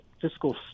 fiscal